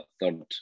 third